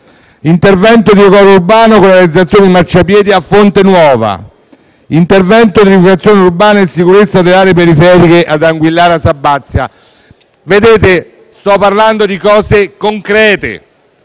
intervento di decoro urbano, con la realizzazione di marciapiedi a Fonte Nuova; un intervento di riqualificazione urbana e sicurezza delle aree periferiche a Anguillara Sabazia. Vedete, colleghi, sto parlando di misure concrete: